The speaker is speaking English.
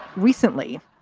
recently,